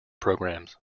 programs